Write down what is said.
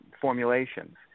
formulations